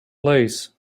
lace